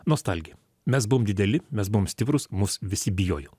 nostalgija mes buvom dideli mes buvom stiprūs mus visi bijojo